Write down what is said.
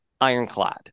ironclad